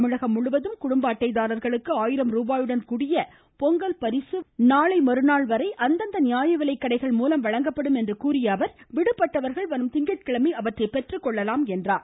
தமிழகம் முழுவதும் குடும்ப அட்டைதாரர்களுக்கு ஆயிரம் ரூபாயுடன் கூடிய பொங்கல் பரிசு நாளை மறுநாள் வரை அந்தந்த நியாய விலைக்கடைகள் மூலம் வழங்கப்படும் என்று கூறிய அவர் விடுபட்டவர்கள் வரும் திங்கட்கிழமை அவற்றை பெற்றுக்கொள்ளலாம் என்றார்